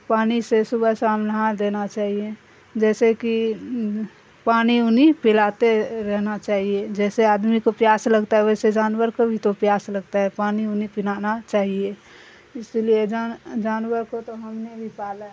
پانی سے صبح سامنا دینا چاہیے جیسے کہ پانی انہ پلاتے رہنا چاہیے جیسے آدمی کو پیاس لگتا ہے ویسے جانور کو بھی تو پیاس لگتا ہے پانی انہ پلانا چاہیے اسی لیے ج جانور کو تو ہم نے بھی پالا